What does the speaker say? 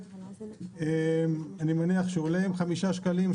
אני מניח שהוא עולה עם חמישה שקלים,